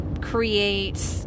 create